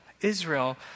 Israel